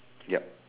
yep